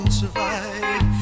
survive